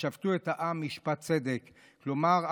ושפטו את העם משפט צדק" כלומר,